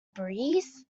breeze